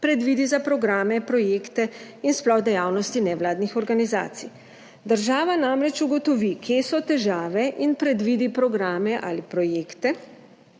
predvidi za programe, projekte in sploh dejavnosti nevladnih organizacij. Država namreč ugotovi kje so težave, in predvidi programe ali projekte,